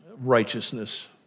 righteousness